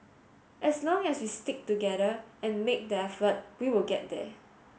as long as we stick together and make the effort we will get there